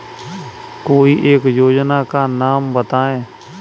कोई एक योजना का नाम बताएँ?